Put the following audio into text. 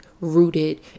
rooted